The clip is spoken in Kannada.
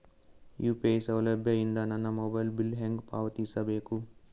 ಯು.ಪಿ.ಐ ಸೌಲಭ್ಯ ಇಂದ ನನ್ನ ಮೊಬೈಲ್ ಬಿಲ್ ಹೆಂಗ್ ಪಾವತಿಸ ಬೇಕು?